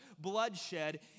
bloodshed